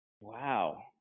wow